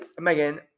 Megan